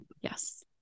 Yes